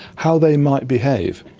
how they might behave.